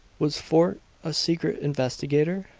was fort a secret investigator?